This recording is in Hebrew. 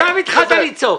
אתה התחלת לצעוק.